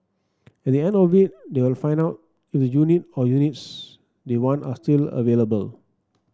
at the end of it they will find out if the unit or units they want are still available